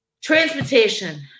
Transportation